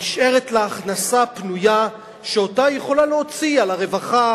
נשארת לה הכנסה פנויה שהיא יכולה להוציא על הרווחה,